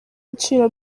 ibiciro